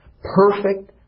Perfect